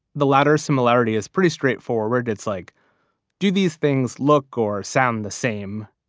the latter, similarity, is pretty straight-forward. it's like do these things look or sound the same?